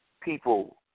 people